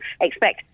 expect